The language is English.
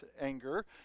anger